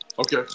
Okay